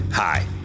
Hi